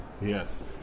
yes